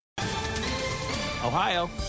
ohio